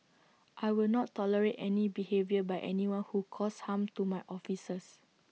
I will not tolerate any behaviour by anyone who causes harm to my officers